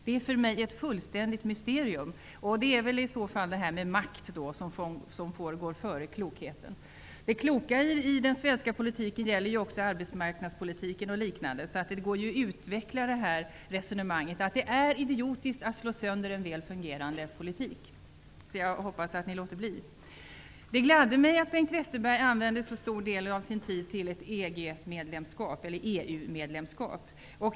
Det är för mig ett fullständigt mysterium. Det är väl i så fall fråga om makt, som får gå före klokheten. Det kloka i den svenska politiken gäller också arbetsmarknadspolitiken, så det går att utveckla resonemanget om att det är idiotiskt att slå sönder en väl fungerande politik. Jag hoppas att ni låter bli. Det gladde mig att Bengt Westerberg använde så stor del av sin tid åt att tala om ett EU medlemskap.